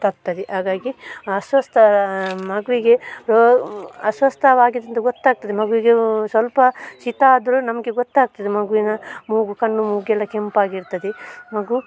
ತಪ್ಪುತ್ತದೆ ಹಾಗಾಗಿ ಅಸ್ವಸ್ಥ ಮಗುವಿಗೆ ಅಸ್ವಸ್ಥವಾಗಿದೆ ಅಂತ ಗೊತ್ತಾಗ್ತದೆ ಮಗುವಿಗೆ ಸ್ವಲ್ಪ ಶೀತ ಆದರೂ ನಮಗೆ ಗೊತ್ತಾಗ್ತದೆ ಮಗುವಿನ ಮೂಗು ಕಣ್ಣು ಮೂಗೆಲ್ಲ ಕೆಂಪಾಗಿರ್ತದೆ ಮಗು